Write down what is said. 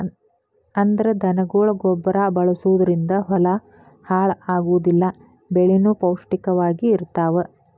ಅಂದ್ರ ದನಗೊಳ ಗೊಬ್ಬರಾ ಬಳಸುದರಿಂದ ಹೊಲಾ ಹಾಳ ಆಗುದಿಲ್ಲಾ ಬೆಳಿನು ಪೌಷ್ಟಿಕ ವಾಗಿ ಇರತಾವ